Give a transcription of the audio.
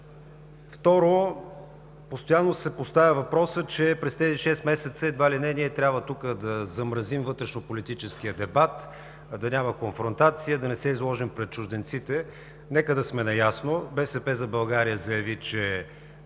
Второ. Постоянно се поставя въпросът, че през тези шест месеца едва ли не ние трябва тук да замразим вътрешно-политическия дебат, да няма конфронтация, да не се изложим пред чужденците. Нека да сме наясно, „БСП за България“ заяви, че